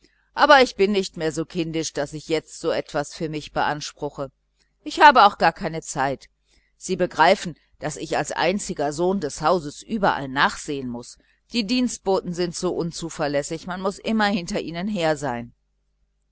aber ich bin nicht mehr so kindisch daß ich jetzt so etwas für mich beanspruchte ich habe auch keine zeit sie begreifen daß ich als einziger sohn des hauses überall nachsehen muß die dienstboten sind so unzuverlässig man muß immer hinter ihnen her sein